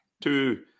Two